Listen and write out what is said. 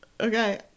Okay